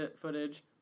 footage